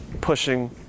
pushing